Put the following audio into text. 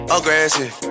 Aggressive